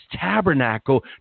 tabernacle